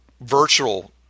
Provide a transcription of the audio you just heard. virtual